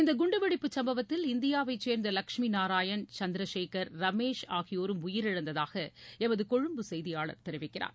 இந்த குண்டுவெடிப்புச் சும்பவத்தில் இந்தியாவைச் சேர்ந்த லகஷ்மி நாராயன் சந்திரசேகர் ரமேஷ் ஆகியோரும் உயிரிழந்ததாக எமது கொழும்பு செய்தியாளர் தெரிவிக்கிறார்